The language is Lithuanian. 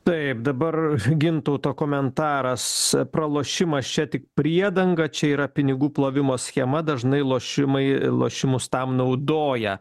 taip dabar gintauto komentaras pralošimas čia tik priedanga čia yra pinigų plovimo schema dažnai lošimai lošimus tam naudoja